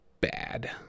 bad